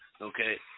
Okay